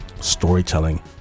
storytelling